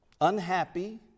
unhappy